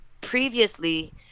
previously